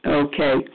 okay